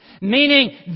Meaning